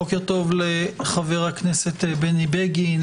בוקר טוב לחבר הכנסת בני בגין,